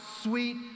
sweet